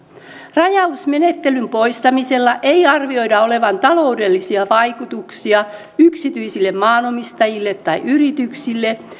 rajausmenettelyn poistamisella ei arvioida olevan taloudellisia vaikutuksia yksityisille maanomistajille tai yrityksille